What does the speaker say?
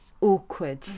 awkward